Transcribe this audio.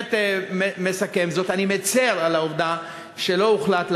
באמת מסכם זאת: אני מצר על העובדה שלא הוחלט,